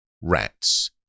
rats